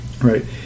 Right